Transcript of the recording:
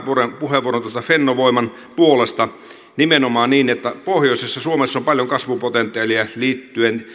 puheenvuoron fennovoiman puolesta on nimenomaan niin että pohjoisessa suomessa on paljon kasvupotentiaalia liittyen